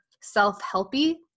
self-helpy